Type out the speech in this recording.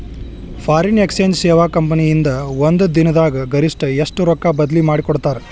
Foreign exchange ಸೇವಾ company ಇಂದಾ ಒಂದ್ ದಿನ್ ದಾಗ್ ಗರಿಷ್ಠ ಎಷ್ಟ್ ರೊಕ್ಕಾ ಬದ್ಲಿ ಮಾಡಿಕೊಡ್ತಾರ್?